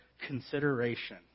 consideration